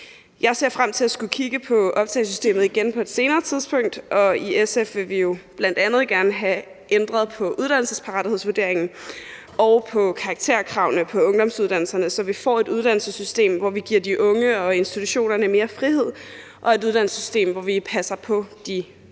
Jeg ser frem til at skulle kigge på optagelsessystemet igen på et senere tidspunkt, og i SF vil vi jo bl.a. gerne have ændret på uddannelsesparathedsvurderingen og på karakterkravene på ungdomsuddannelserne, så vi får et uddannelsessystem, hvor vi giver de unge og institutionerne mere frihed, og et uddannelsessystem, hvor vi passer på de unge.